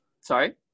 Sorry